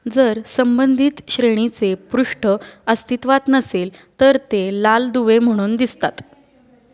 जर संबंधित श्रेणीचे पृष्ठ अस्तित्वात नसेल तर ते लाल दुवे म्हणून दिसतात